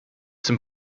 zum